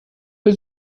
für